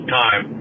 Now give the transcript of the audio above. time